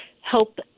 help